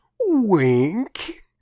Wink